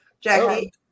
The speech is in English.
Jackie